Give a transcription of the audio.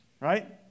right